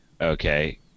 Okay